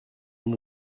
amb